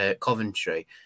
Coventry